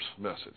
message